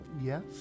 Yes